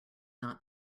not